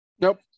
Nope